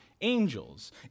angels